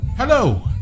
Hello